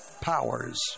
Powers